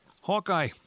Hawkeye